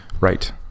right